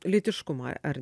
lytiškumą ar